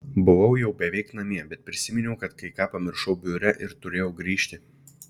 buvau jau beveik namie bet prisiminiau kad kai ką pamiršau biure ir turėjau grįžti